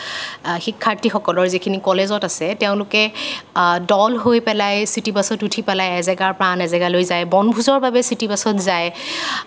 শিক্ষাৰ্থীসকলৰ যিখিনি কলেজত আছে তেওঁলোকে দল হৈ পেলাই চিটিবাছত উঠি পেলাই এজেগাৰ পৰা আন এজেগালৈ যায় বনভোজৰ বাবে চিটিবাছত যায়